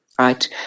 Right